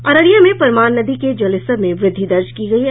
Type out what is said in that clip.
अररिया में परमान नदी के जलस्तर में वृद्धि दर्ज की गयी है